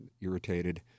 irritated